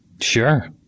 Sure